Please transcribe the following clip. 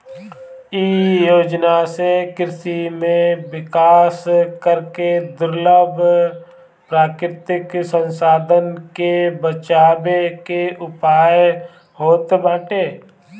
इ योजना से कृषि में विकास करके दुर्लभ प्राकृतिक संसाधन के बचावे के उयाय होत बाटे